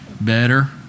better